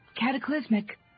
cataclysmic